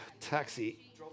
Taxi